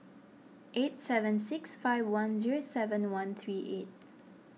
eight seven six five one zero seven one three eight